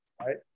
Right